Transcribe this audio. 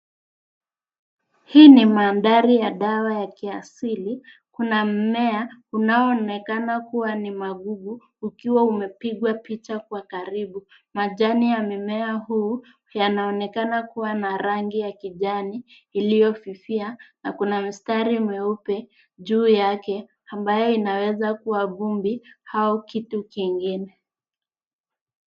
Hii mandhari ya dawa ya kiasili. Kuna mmea unaoonekana kuwa ni magugu ukiwa umepigwa picha kwa karibu. Majani ya mmea huu yanaonekana kuwa na rangi ya kijani iliyofifia na kuna mstari mweupe juu yake ambayo inaweza kuwa vumbi au kitu kingine.